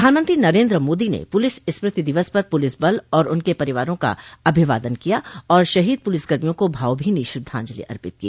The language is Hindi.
प्रधानमंत्री नरेन्द्र मोदी ने पुलिस स्मृति दिवस पर पुलिस बल और उनके परिवारों का अभिवादन किया और शहीद पुलिसकर्मियों को भावभीनी श्रद्धांजलि अर्पित की